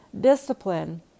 discipline